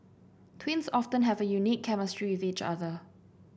twins often have a unique chemistry with each other